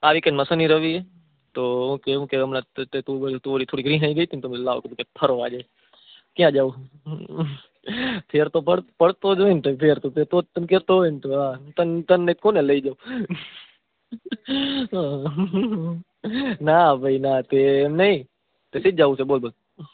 આ વિકેન્ડમાં શનિ રવિ એ તો શું કહે શું કહે તે તું ઓલી થોડીક રિસાઈ ગઈ તી તો મેં કીધું લાવ કીધું ક્યાંક ફરવા જઈએ ક્યાં જાવું ફેર તો પડતો જ હોયને તો ફેર તો તને કેતો હોયને તો હા તને નહીં તો કોને લઈ જાઉં ના ભાઈ ના તે એમ નહીં તો શીદ જાવું છે બોલ બોલ